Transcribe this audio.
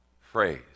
phrase